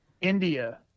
india